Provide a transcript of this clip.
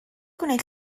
gweld